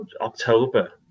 october